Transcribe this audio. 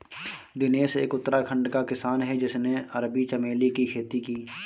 दिनेश एक उत्तराखंड का किसान है जिसने अरबी चमेली की खेती की